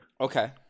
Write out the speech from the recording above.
Okay